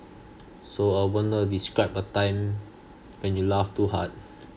so uh wen le describe a time when you laugh too hard